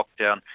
lockdown